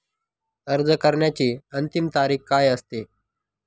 अर्ज करण्याची अंतिम तारीख काय असते?